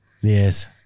Yes